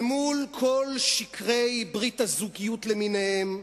אל מול כל שקרי ברית הזוגיות למיניהם,